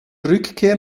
rückkehr